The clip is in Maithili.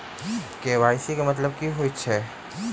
के.वाई.सी केँ मतलब की होइ छै?